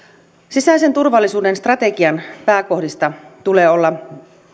sisäisen turvallisuuden strategian yksi pääkohdista tulee olla